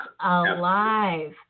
alive